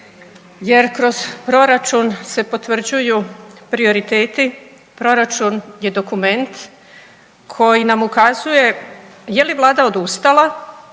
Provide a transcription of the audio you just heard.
jer kroz proračun se potvrđuju prioriteti, proračun je dokument koji nam ukazuje je li Vlada odustala